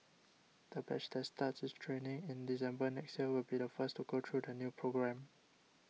the batch that starts its training in December next year will be the first to go through the new programme